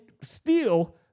steal